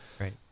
right